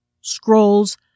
scrolls